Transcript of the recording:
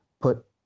put